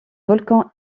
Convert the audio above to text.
volcan